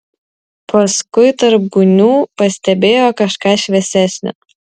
paskui tarp gūnių pastebėjo kažką šviesesnio